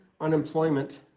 unemployment